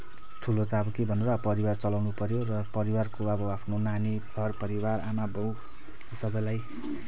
ठुलो त अब के भन्नु र अब परिवार चलाउनु पऱ्यो परिवारको अब आफ्नो नानी घर परिवार आमा बाउ सबैलाई